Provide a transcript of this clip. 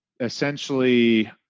essentially